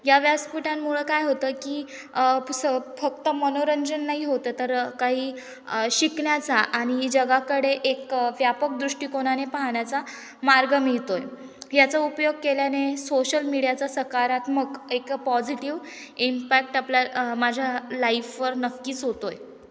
या व्यासपीठांमुळं काय होतं की सं फक्त मनोरंजन नाही होत आहे तर काही शिकण्याचा आणि ही जगाकडे एक व्यापक दृष्टिकोनाने पाहण्याचा मार्ग मिळतो आहे याचा उपयोग केल्याने सोशल मीडियाचा सकारात्मक एक पॉझिटिव्ह इम्पॅक्ट आपल्या माझ्या लाईफवर नक्कीच होत आहे